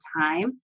time